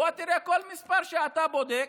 בוא תראה, בכל מספר שאתה בודק,